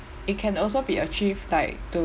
it can also be achieved like